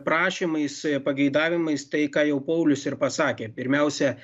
prašymais pageidavimais tai ką jau paulius ir pasakė pirmiausia